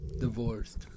divorced